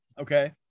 Okay